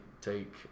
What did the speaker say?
take